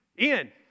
Ian